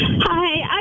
Hi